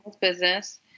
business